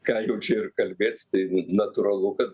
ką jau čia ir kalbėt tai natūralu kad